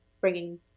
bringing